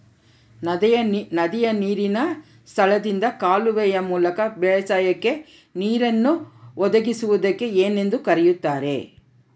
ನದಿಯ ನೇರಿನ ಸ್ಥಳದಿಂದ ಕಾಲುವೆಯ ಮೂಲಕ ಬೇಸಾಯಕ್ಕೆ ನೇರನ್ನು ಒದಗಿಸುವುದಕ್ಕೆ ಏನೆಂದು ಕರೆಯುತ್ತಾರೆ?